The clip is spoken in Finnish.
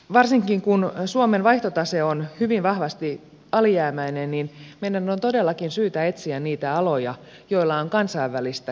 varsinkin kun suomen vaihtotase on hyvin vahvasti alijäämäinen meidän on todellakin syytä etsiä niitä aloja joilla on kansainvälistä kasvupotentiaalia